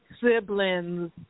siblings